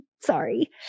sorry